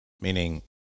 Meaning